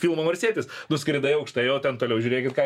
filmą marsietis nuskridai aukštai o ten toliau žiūrėkit ką